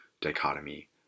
dichotomy